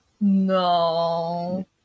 No